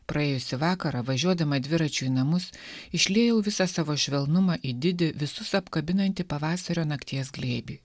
praėjusį vakarą važiuodama dviračiu į namus išliejau visą savo švelnumą į didį visus apkabinantį pavasario nakties glėbį